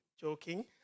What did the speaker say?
joking